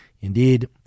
Indeed